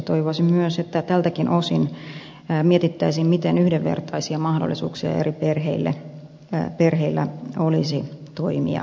toivoisin myös että tältäkin osin mietittäisiin miten yhdenvertaisia mahdollisuuksia eri perheillä olisi toimia sijaisvanhempina